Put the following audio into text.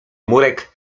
murek